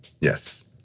Yes